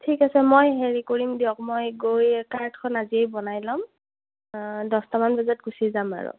ঠিক আছে মই হেৰি কৰিম দিয়ক মই গৈ কাৰ্ডখন আজিয়ে বনাই ল'ম দহটা মান বজাত গুচি যাম আৰু